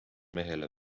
mehele